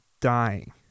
dying